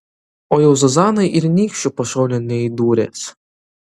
o jau zuzanai ir nykščiu pašonėn neįdūręs